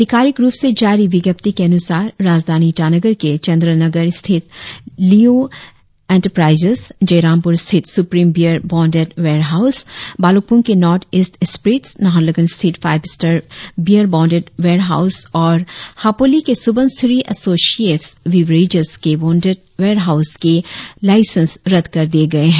अधिकारिक रुप से जारी विज्ञप्ति के अनुसार राजधानी ईटानगर के चंद्रनगर स्थित लिओ एंटरप्राईजेस जयरामपुर स्थित Supreme Beer Bonded Warehouse Bhalukpong के नोर्थ ईस्ट स्प्रीटस नाहरलगुन स्थित Five Star Beer Bonded Warehouse और हापोलि के सुबनसिरी एसोसियेटस बिवरेजस के बोन्डेड वेरहाउस के लाईसेंस रद्द कर दिए गए है